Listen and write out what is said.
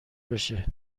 بشه